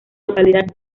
localidad